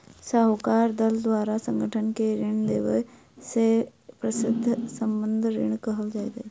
साहूकारक दल द्वारा संगठन के ऋण देबअ के संबंद्ध ऋण कहल जाइत अछि